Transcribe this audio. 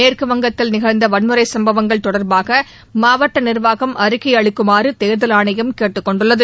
மேற்குவங்கத்தில் நிகழ்ந்த வன்முறை சம்பவங்கள் தொடர்பாக மாவட்ட நிர்வாகம் அறிக்கை அளிக்குமாறு தேர்தல் ஆணையம் கேட்டுக் கொண்டுள்ளது